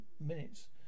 minutes